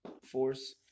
force